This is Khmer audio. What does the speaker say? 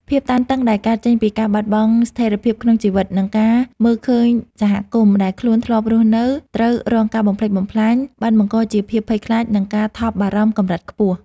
ភាពតានតឹងដែលកើតចេញពីការបាត់បង់ស្ថិរភាពក្នុងជីវិត និងការមើលឃើញសហគមន៍ដែលខ្លួនធ្លាប់រស់នៅត្រូវរងការបំផ្លិចបំផ្លាញ បានបង្កជាភាពភ័យខ្លាច និងការថប់បារម្ភកម្រិតខ្ពស់។